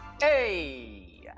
Hey